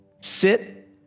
sit